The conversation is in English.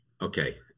okay